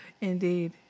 indeed